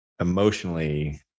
emotionally